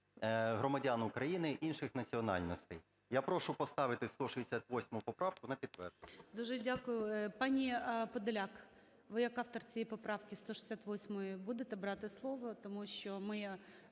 громадян України інших національностей. Я прошу поставити 168 поправку на підтвердження. ГОЛОВУЮЧИЙ. Дуже дякую. Пані Подоляк, ви як автор цієї поправки, 168-ї, будете брати слово? Тому що ми